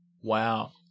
Wow